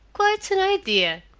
quite an idea!